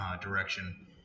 direction